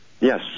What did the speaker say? Yes